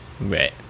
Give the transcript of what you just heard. Right